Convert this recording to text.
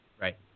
Right